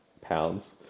pounds